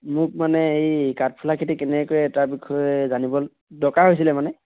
মোক মানে এই কাঠফুলা খেতি কেনেকৈ কৰে তাৰ বিষয়ে জানিব দৰকাৰ হৈছিলে মানে